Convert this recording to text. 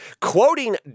Quoting